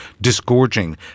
disgorging